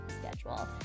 schedule